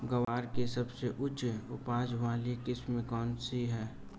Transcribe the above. ग्वार की सबसे उच्च उपज वाली किस्म कौनसी है?